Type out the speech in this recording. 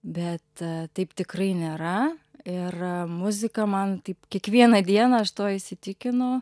bet taip tikrai nėra ir muzika man taip kiekvieną dieną aš tuo įsitikinu